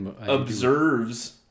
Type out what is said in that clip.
observes